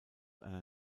einer